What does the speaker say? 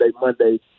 Monday